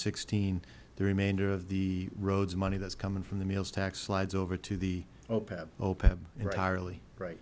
sixteen the remainder of the roads money that's coming from the meals tax slides over to the open rarely right